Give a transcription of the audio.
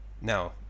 Now